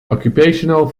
occupational